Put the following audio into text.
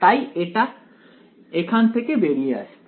তাই এটি এখান থেকে বেরিয়ে আসবে